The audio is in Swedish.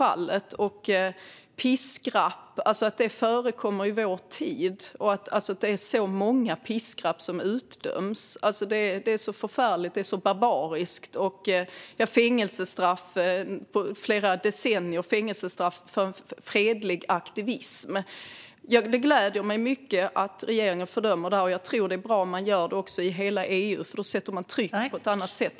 Att piskrapp förekommer i vår tid och att det är så många piskrapp som utdöms är så förfärligt och barbariskt, och samma sak är det med fängelsestraff på flera decennier för fredlig aktivism. Det gläder mig mycket att regeringen fördömer det här, och jag tror att det är bra om man gör det också i hela EU, för då sätter man tryck på ett annat sätt.